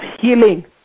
healing